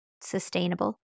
Sustainable